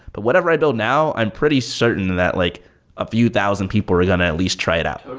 but whatever i build now, i'm pretty certain that like a few thousand people are going to at least try it out.